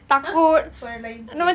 !huh! suara lain sikit